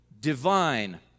divine